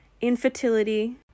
infertility